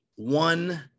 one